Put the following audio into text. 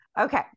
okay